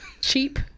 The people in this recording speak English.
Cheap